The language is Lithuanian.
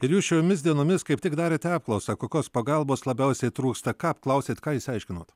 ir jūs šiomis dienomis kaip tik darėte apklausą kokios pagalbos labiausiai trūksta ką apklausėt ką išsiaiškinot